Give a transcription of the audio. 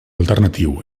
alternatiu